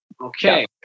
okay